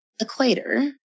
equator